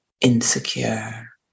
insecure